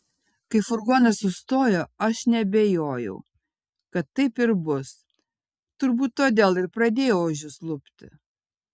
kai furgonas sustojo aš neabejojau kad taip ir bus turbūt todėl ir pradėjau ožius lupti